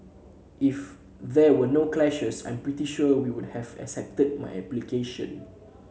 if there were no clashes I'm pretty sure we would have accepted my application